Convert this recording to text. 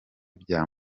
bya